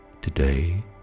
today